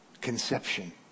conception